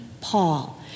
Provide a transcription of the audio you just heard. Paul